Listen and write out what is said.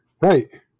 Right